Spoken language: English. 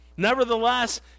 Nevertheless